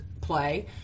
play